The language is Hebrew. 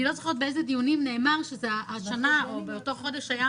אני לא זוכרת באיזה דיון נאמר שבתוך חודש הייתה